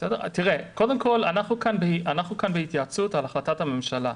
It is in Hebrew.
אנחנו כאן בהתייעצות על החלטת הממשלה.